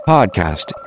Podcast